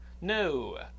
No